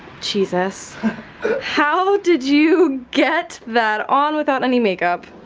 jesus how did you get that on without any makeup?